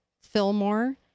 Fillmore